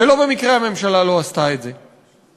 ולא במקרה הממשלה לא עשתה את זה.